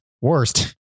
worst